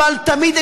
אבל תמיד,